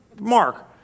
Mark